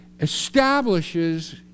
establishes